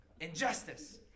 Injustice